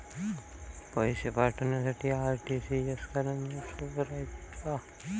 पैसे पाठवासाठी आर.टी.जी.एस करन हेच सोप रायते का?